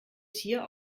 tier